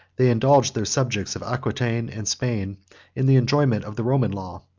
they indulged their subjects of aquitain and spain in the enjoyment of the roman law.